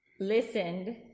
listened